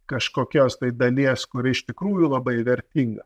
kažkokios dalies kuri iš tikrųjų labai vertinga